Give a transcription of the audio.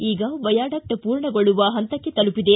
ಈಗ ವೈಯಾಡಕ್ಟ್ ಪೂರ್ಣಗೊಳ್ಳುವ ಹಂತಕ್ಕೆ ತಲುಪಿದೆ